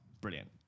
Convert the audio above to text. brilliant